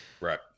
right